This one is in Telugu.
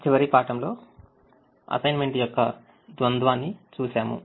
చివరి పాఠంలో లో అసైన్మెంట్ యొక్క ద్వంద్వాన్ని చూసాము